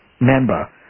member